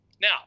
Now